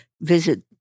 visit